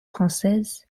française